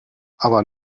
aber